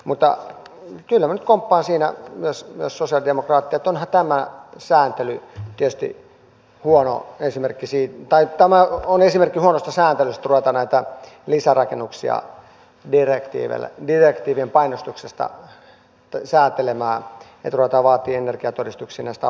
mutta kyllä minä nyt komppaan siinä myös sosialidemokraatteja että onhan tämä esimerkki huonosta sääntelystä ruveta näitä lisärakennuksia direktiivien painostuksesta säätelemään että ruvetaan vaatimaan energiatodistuksia näistä autotalleista ja kesämökin kaltaisista rakennuksista